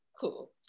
cool